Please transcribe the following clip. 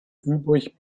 übrig